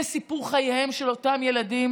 זה סיפור חייהם של אותם ילדים,